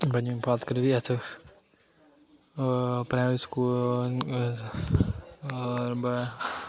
पञमीं पास करियै भी अस प्राईमरी स्कूल भी अस ब